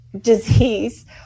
disease